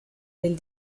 del